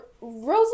Rosalie